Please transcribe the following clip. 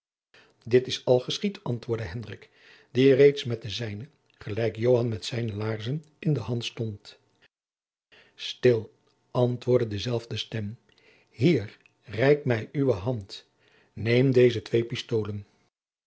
dit is al geschied antwoordde hendrik die reeds met de zijne gelijk joan met zijne laarzen in de hand stond stil antwoordde dezelfde stem hier reik mij uwe hand neem deze twee pistoolen